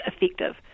effective